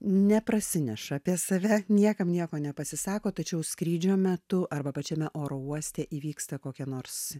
neprasineša apie save niekam nieko nepasisako tačiau skrydžio metu arba pačiame oro uoste įvyksta kokie nors